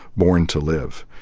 born to live.